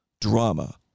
drama